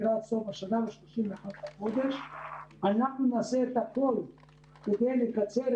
בדיון קודם שהיה כאן,